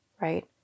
right